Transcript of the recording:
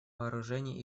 вооружений